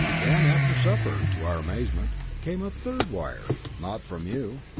then, after supper, to our amazement, came a third wire not from you,